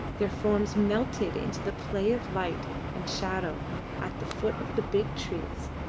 their forms melted in the play of light and shadow at the foot of the big trees,